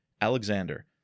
Alexander